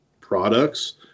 products